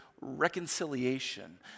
reconciliation